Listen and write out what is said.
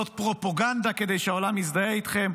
זאת פרופגנדה כדי שהעולם יזדהה איתכם,